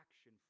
action